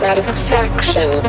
Satisfaction